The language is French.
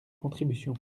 contribution